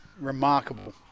remarkable